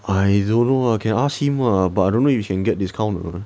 I don't know lah can ask him lah but I don't know you can get discount or not